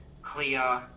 clear